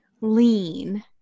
lean